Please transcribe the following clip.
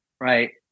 right